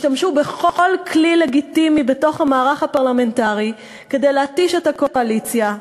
השתמשו בכל כלי לגיטימי בתוך המערך הפרלמנטרי כדי להתיש את הקואליציה,